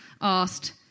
asked